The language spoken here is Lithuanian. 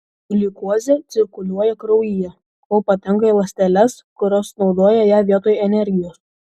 gliukozė cirkuliuoja kraujyje kol patenka į ląsteles kurios naudoja ją vietoj energijos